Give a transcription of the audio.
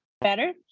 better